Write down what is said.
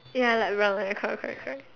ya like brown right correct correct correct